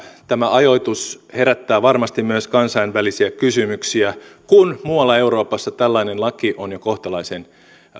tämä ajoitus herättää varmasti myös kansainvälisiä kysymyksiä kun muualla euroopassa tällainen laki on jo kohtalaisen